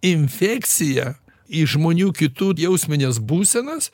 infekciją į žmonių kitų jausmines būsenas